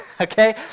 okay